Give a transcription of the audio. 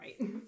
right